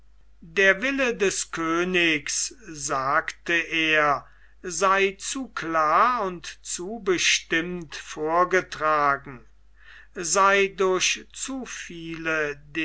der wille des königs sagte er sei zu klar und zu bestimmt vorgetragen sei durch zu viele